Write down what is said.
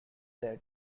that